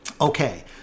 Okay